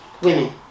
women